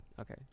Okay